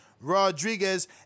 Rodriguez